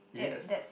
yes